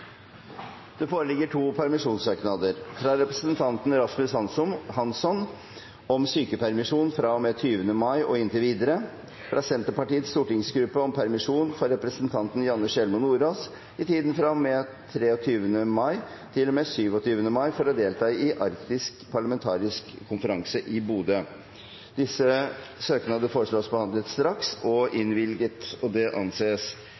Det foreligger to permisjonssøknader: fra representanten Rasmus Hansson om sykepermisjon fra og med 20. mai og inntil videre fra Senterpartiets stortingsgruppe om permisjon for representanten Janne Sjelmo Nordås i tiden fra og med 23. mai til og med 26. mai for å delta i arktisk parlamentarisk konferanse i Bodø